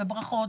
וברכות,